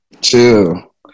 Chill